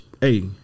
hey